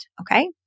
okay